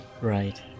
Right